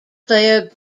player